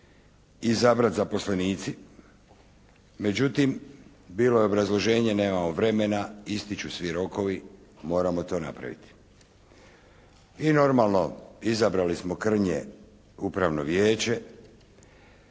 izabrati zaposlenici, međutim bilo je obrazloženje nemamo vremena, ističu svi rokovi, moramo to napraviti. I normalno, izabrali smo krnje Upravno vijeće,